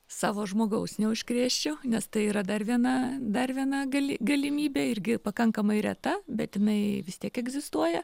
savo žmogaus neužkrėsčiau nes tai yra dar viena dar viena gali galimybė irgi pakankamai reta bet jinai vis tiek egzistuoja